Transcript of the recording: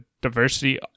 diversity